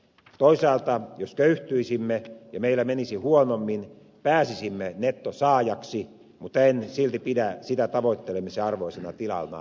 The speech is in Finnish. toisaalta jos köyhtyisimme ja meillä menisi huonommin pääsisimme nettosaajaksi mutta en silti pidä sitä tavoittelemisen arvoisena tilana näillä säännöillä